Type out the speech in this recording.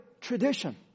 tradition